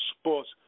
sports